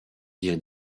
dire